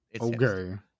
okay